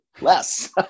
less